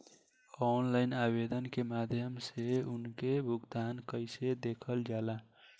Online आवेदन के माध्यम से उनके भुगतान कैसे देखल जाला?